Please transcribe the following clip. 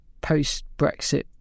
post-Brexit